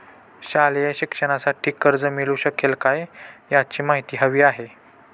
शालेय शिक्षणासाठी कर्ज मिळू शकेल काय? याची माहिती हवी आहे